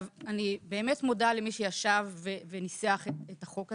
אני באמת מודה למי שישב וניסח את החוק הזה.